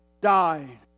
died